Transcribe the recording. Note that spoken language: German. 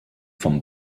vom